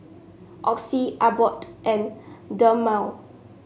Oxy Abbott and Dermale